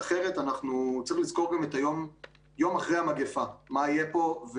צריך לזכור, יום אחרי המגפה מה יהיה פה.